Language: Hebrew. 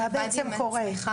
מה בעצם קורה?